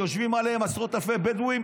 שיושבים עליהן עשרות אלפי בדואים,